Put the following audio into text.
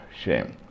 shame